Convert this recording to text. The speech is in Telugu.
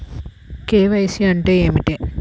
కే.వై.సి అంటే ఏమిటి?